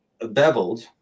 beveled